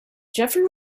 jeffery